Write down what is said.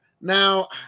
Now